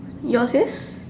yours is